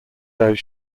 those